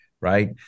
right